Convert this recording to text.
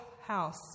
house